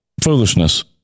foolishness